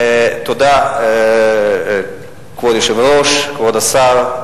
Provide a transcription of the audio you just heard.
תודה, כבוד היושב-ראש, כבוד השר.